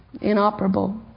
inoperable